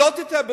שלא תטעה בזה.